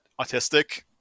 autistic